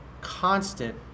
constant